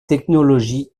technologie